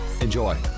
Enjoy